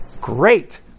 Great